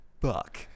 fuck